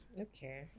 Okay